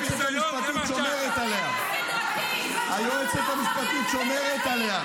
אתה משתמט מהצבא --- נעמה לזימי, לא לעזור לי.